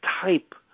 type